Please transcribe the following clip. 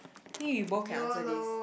think we both can answer this